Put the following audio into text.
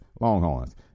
Longhorns